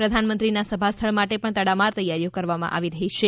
પ્રધાન મંત્રીના સભા સ્થળ માટે પણ તડામાર તૈયારીઓ કરવામાં આવી રહી છે